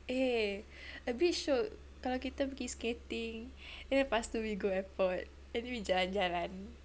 eh a bit shiok kalau kita pergi skating and then lepas tu we go airport and then we jalan-jalan